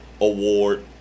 Award